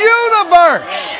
universe